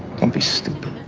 don't be stupid.